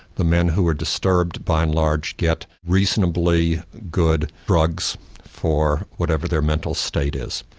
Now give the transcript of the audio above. the men who were disturbed by and large get reasonably good drugs for whatever their mental state is.